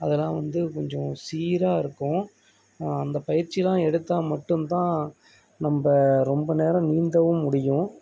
அதெல்லாம் வந்து கொஞ்சம் சீராக இருக்கும் அந்த பயிற்சிலாம் எடுத்தால் மட்டும்தான் நம்ம ரொம்ப நேரம் நீந்தவும் முடியும்